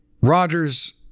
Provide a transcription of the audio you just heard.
Rogers